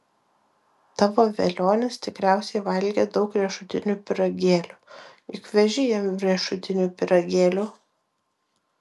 tavo velionis tikriausiai valgė daug riešutinių pyragėlių juk veži jam riešutinių pyragėlių